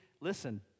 listen